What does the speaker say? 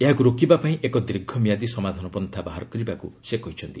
ଏହାକୁକ ରୋକିବାପାଇଁ ଏକ ଦୀର୍ଘମିଆଦୀ ସମାଧାନ ପନ୍ଥା ବାହାର କରିବାକୁ ସେ କହିଛନ୍ତି